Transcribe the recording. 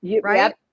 Right